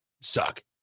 suck